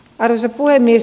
arvoisa puhemies